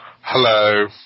Hello